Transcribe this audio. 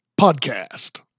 podcast